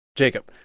jacob,